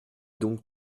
donc